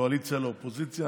קואליציה לאופוזיציה.